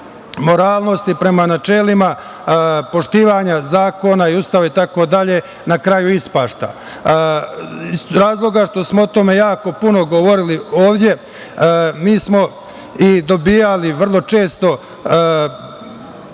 moralnosti, prema načelima poštovanja zakona i Ustava itd. na kraju ispašta. Iz razloga što smo jako puno govorili ovde, mi smo i dobijali vrlo često